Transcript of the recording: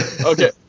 Okay